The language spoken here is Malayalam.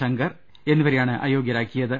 ശങ്കർ എന്നിവ രെയാണ് അയോഗ്യരാക്കിയത്